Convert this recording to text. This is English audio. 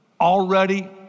already